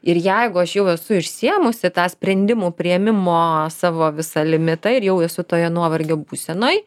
ir jeigu aš jau esu išsiėmusi tą sprendimų priėmimo savo visa limitą ir jau esu toje nuovargio būsenoj